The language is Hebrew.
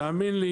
תאמין לי